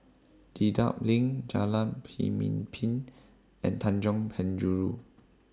Dedap LINK Jalan Pemimpin and Tanjong Penjuru